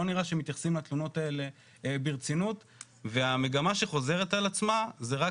לא נראה שמתייחסים לתלונות האלה ברצינות והמגמה שחוזרת על עצמה זה רק